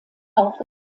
auch